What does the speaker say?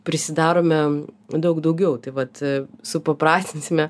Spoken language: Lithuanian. prisidarome daug daugiau tai vat supaprastinsime